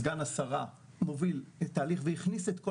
סגן השרה מוביל תהליך והכניס את כל